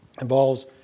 involves